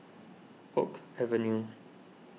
Oak Avenue